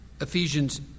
Ephesians